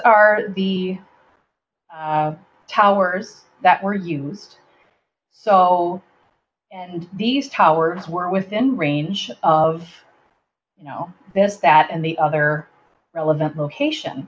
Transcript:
are the towers that were you so and these towers were within range of you know this that and the other relevant location